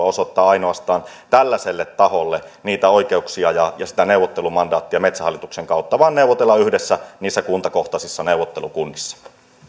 osoittaa ainoastaan tällaiselle taholle niitä oikeuksia ja sitä neuvottelumandaattia metsähallituksen kautta vaan neuvotella yhdessä niissä kuntakohtaisissa neuvottelukunnissa